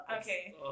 Okay